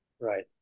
Right